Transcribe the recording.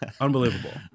unbelievable